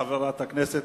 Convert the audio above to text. חברת הכנסת